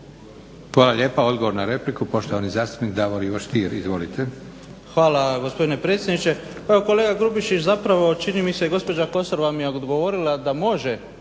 Hvala lijepa. Odgovor na repliku, poštovani zastupnik Davor Ivo Stier. Izvolite. **Stier, Davor Ivo (HDZ)** Hvala gospodine predsjedniče. Pa kolega Grubišić zapravo čini mi se gospođa Kosor vam je odgovorila da može